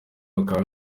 bakaba